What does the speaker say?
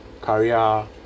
career